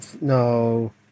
no